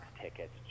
tickets